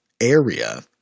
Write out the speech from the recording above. area